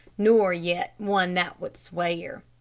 nor yet one that would swear.